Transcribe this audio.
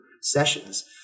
sessions